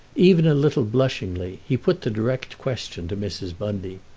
even a little blushingly, he put the direct question to mrs. bundy,